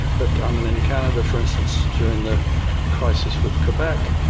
but um and in canada for instance during the crisis with quebec,